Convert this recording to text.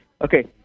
Okay